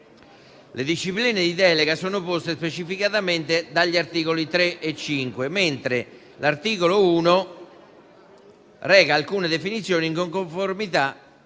Le discipline di delega sono poste specificatamente negli articoli da 3 a 5, mentre l'articolo 1 reca alcune definizioni, in conformità